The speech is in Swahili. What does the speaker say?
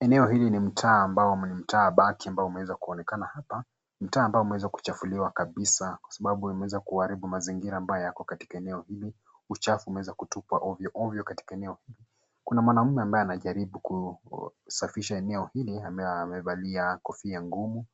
Eneo hili ni mtaa ambao ni mtaa mbaki ambao unaweza kuonekana hapa, mtaa ambao umeweza kuchafuliwa kabisa kwa sababu imeweza ku haribu mazingira ambayo yako katika eneo hili ,uchafu ume eza kutupwa ovyo ovyo katika eneo hili. Kuna mwanaume ambaye ana jaribu kusafisha eneo hili amevalia kofia ngumu